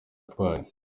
atwaye